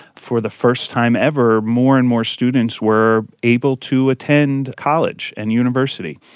for the first time ever, more and more students were able to attend college and university.